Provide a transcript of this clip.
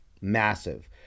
massive